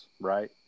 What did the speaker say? right